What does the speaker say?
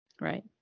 right